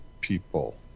people